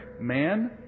man